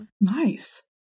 Nice